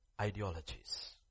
ideologies